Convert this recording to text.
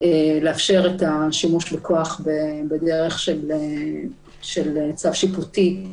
לאפשר את השימוש בכוח בדרך של צו שיפוטי,